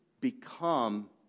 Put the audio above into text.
become